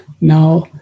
Now